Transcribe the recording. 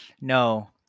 No